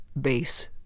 base